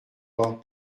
pas